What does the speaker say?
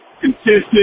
consistent